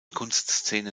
kunstszene